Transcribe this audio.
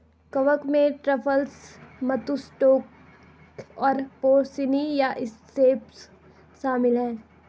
कवक में truffles, matsutake और पोर्सिनी या सेप्स शामिल हैं